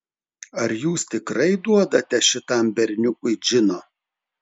ar jūs tikrai duodate šitam berniukui džino